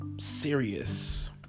serious